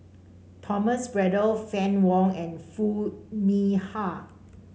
Thomas Braddell Fann Wong and Foo Mee Har